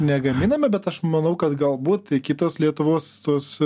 negaminame bet aš manau kad galbūt kitos lietuvos tos